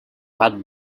gat